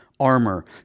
armor